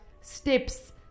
steps